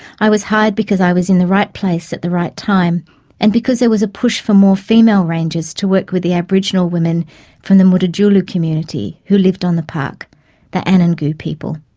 i was hired because i was in the right place at the right time and because there was a push for more female rangers to work with the aboriginal women from the mutitjulu community who lived on the park the and and anangu people.